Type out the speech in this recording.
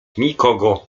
nikogo